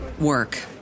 work